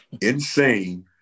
insane